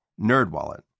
NerdWallet